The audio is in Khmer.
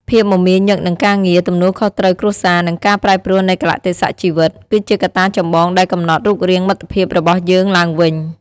ភាពមមាញឹកនឹងការងារ ទំនួលខុសត្រូវគ្រួសារ និងការប្រែប្រួលនៃកាលៈទេសៈជីវិត គឺជាកត្តាចម្បងដែលកំណត់រូបរាងមិត្តភាពរបស់យើងឡើងវិញ។